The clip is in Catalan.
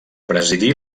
presidí